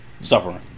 Suffering